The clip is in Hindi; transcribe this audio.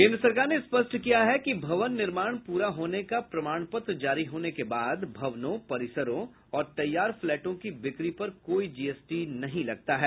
केन्द्र सरकार ने स्पष्ट किया है कि भवन निर्माण पूरा होने का प्रमाण पत्र जारी होने के बाद भवनों परिसरों और तैयार फ्लैटों की बिक्री पर कोई जीएसटी नहीं लगता है